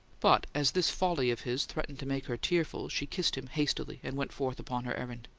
but as this folly of his threatened to make her tearful, she kissed him hastily, and went forth upon her errand.